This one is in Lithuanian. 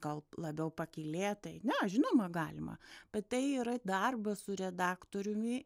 gal labiau pakylėtai ne žinoma galima bet tai yra darbas su redaktoriumi